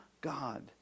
God